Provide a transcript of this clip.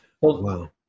Wow